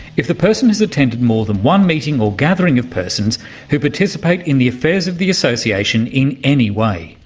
if the person has attended more than one meeting or gathering of persons who participate in the affairs of the association in any way'.